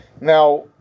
Now